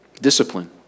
Discipline